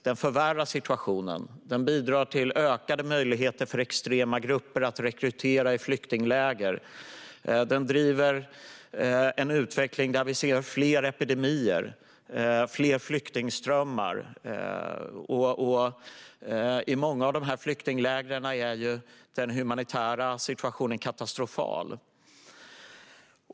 Den förvärrar situationen och bidrar till ökade möjligheter för extrema grupper att rekrytera i flyktingläger. Den driver en utveckling där vi ser fler epidemier och fler flyktingströmmar. I många av flyktinglägren är den humanitära situationen katastrofal.